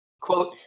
quote